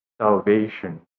salvation